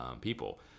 people